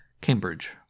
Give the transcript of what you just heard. Cambridge